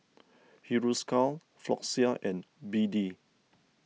Hiruscar Floxia and B D